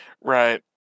right